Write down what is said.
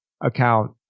account